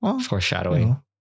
Foreshadowing